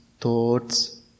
thoughts